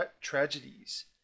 tragedies